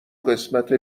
قسمت